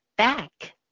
Back